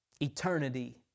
eternity